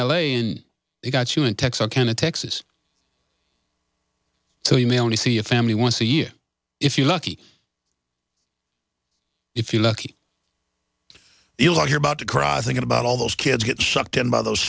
a and you got you in texarkana texas so you may only see a family once a year if you're lucky if you're lucky you'll hear about to cross thinking about all those kids get sucked in by those